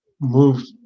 moved